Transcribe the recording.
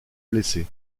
blessé